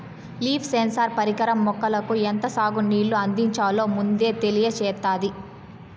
leaf sensor పరికరం మొక్కలకు ఎంత సాగు నీళ్ళు అందించాలో ముందే తెలియచేత్తాది